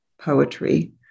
poetry